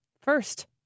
First